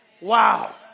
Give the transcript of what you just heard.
Wow